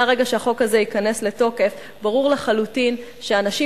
מהרגע שהחוק הזה ייכנס לתוקף ברור לחלוטין שאנשים